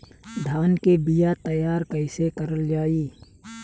धान के बीया तैयार कैसे करल जाई?